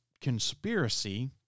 conspiracy